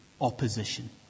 opposition